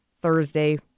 Thursday